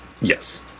Yes